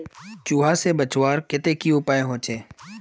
चूहा से बचवार केते की उपाय होचे?